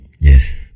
Yes